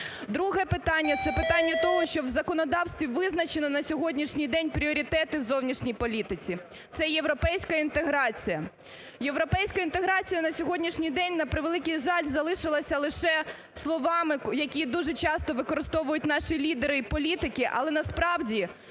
Друге питання. Це питання того, що в законодавстві визначено на сьогоднішній день пріоритети зовнішній політиці, це європейська інтеграція. Європейська інтеграція на сьогоднішній день, на превеликий жаль, залишилася лише словами, які дуже часто використовують наші лідери і політики. Але, насправді,